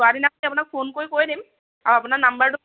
যোৱাৰ দিনা আপোনাক ফোন কৰি কৈ দিম আপোনাৰ নাম্বাৰটো